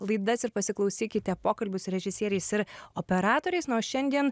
laidas ir pasiklausykite pokalbų su režisieriais ir operatoriais na o šiandien